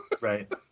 Right